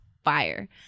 fire